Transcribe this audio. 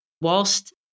Whilst